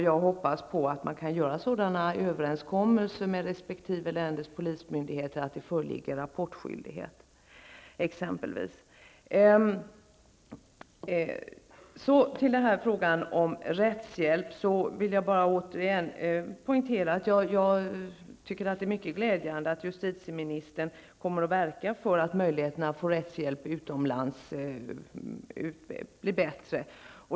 Jag hoppas att man kan göra sådana överenskommelser med resp. länders polismyndigheter att det föreligger rapportskyldighet. När det gäller frågan om rättshjälp vill jag återigen poängtera att det är mycket glädjande att justitieministern kommer att verka för att möjligheterna att få rättshjälp utomlands blir bättre.